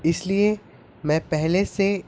اس لیے میں پہلے سے